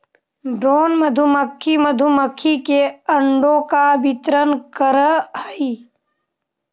drone मधुमक्खी मधुमक्खी के अंडों का वितरण करअ हई